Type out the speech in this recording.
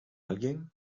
alguien